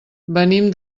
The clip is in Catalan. venim